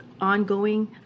ongoing